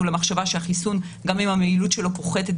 למחשבה שגם אם היעילות של החיסון פוחתת